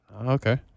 Okay